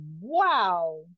wow